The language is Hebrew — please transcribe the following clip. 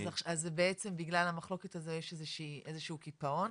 אז בעצם בגלל המחלוקת הזו יש איזה שהוא קיפאון?